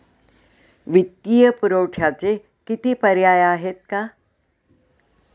वित्तीय पुरवठ्याचे किती पर्याय आहेत का?